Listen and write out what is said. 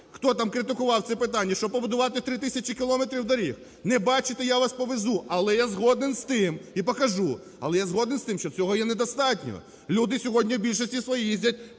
хто там критикував це питання, щоб побудувати 3 тисячі кілометрів доріг. Не бачите - я вас повезу. Але я згоден з тим і покажу, але я згоден з тим, що цього є недостатньо, люди сьогодні в більшості своїй їздять